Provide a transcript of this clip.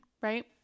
right